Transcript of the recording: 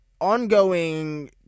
ongoing